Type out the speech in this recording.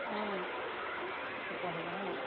তেতিয়া হ'ব হয় নাই